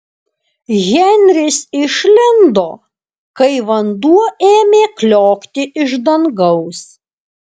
henris išlindo kai vanduo ėmė kliokti iš dangaus